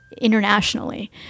internationally